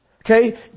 Okay